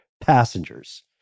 passengers